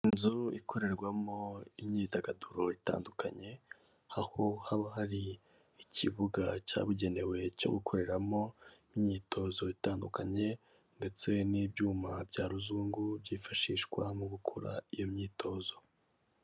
Inzu ikorerwamo imyidagaduro itandukanye, aho haba hari ikibuga cyabugenewe cyo gukoreramo imyitozo itandukanye ndetse n'ibyuma bya ruzungu byifashishwa mu gukora iyo myitozo.